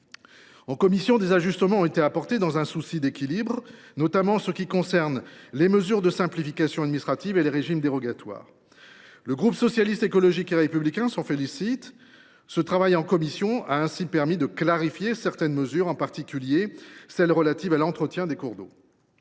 En commission, des ajustements ont été apportés dans un souci d’équilibre, notamment pour les mesures de simplification administrative et les régimes dérogatoires. Le groupe Socialiste, Écologiste et Républicain s’en félicite. Ce travail a ainsi permis de clarifier certaines mesures, en particulier celles relatives à l’entretien des cours d’eau.